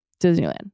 Disneyland